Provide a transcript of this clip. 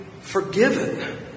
Forgiven